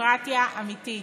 דמוקרטיה אמיתית,